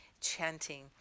chanting